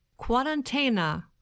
quarantena